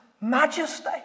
majesty